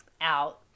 out